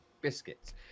biscuits